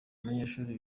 abanyeshuri